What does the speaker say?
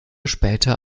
später